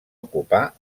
ocupar